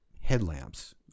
headlamps